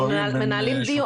ואם כן, מה עלה בגורלן?